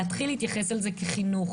להתחיל להתייחס אל זה כחינוך.